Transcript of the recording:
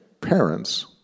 parents